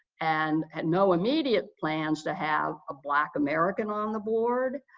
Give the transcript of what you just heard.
and had no immediate plans to have a black american on the board,